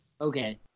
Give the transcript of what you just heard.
Okay